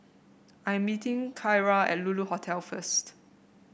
I am meeting Kyra at Lulu Hotel first